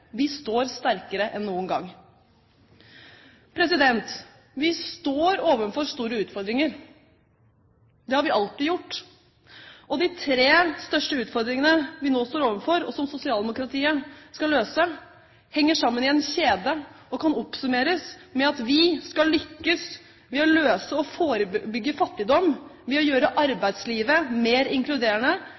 Vi står sterkere enn noen gang. Vi står overfor store utfordringer. Det har vi alltid gjort. De tre største utfordringene vi nå står overfor, og som sosialdemokratiet skal løse, henger sammen i en kjede og kan oppsummeres med at vi skal lykkes med å løse fattigdomsproblemer og forebygge fattigdom ved å gjøre arbeidslivet mer inkluderende,